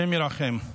השם ירחם.